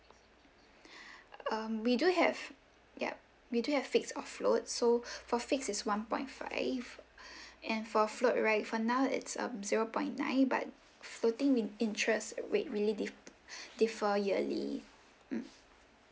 um we do have yup we do have fix of float so for fix is one point five and for float right for now it's um zero point nine but floating in~ interest rate really def~ defer yearly mm